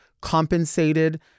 compensated